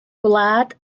gwlad